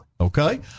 okay